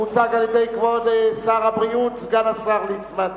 שהוצגה על-ידי כבוד שר הבריאות סגן השר ליצמן,